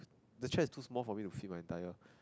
the chair is too small for me to fit my entire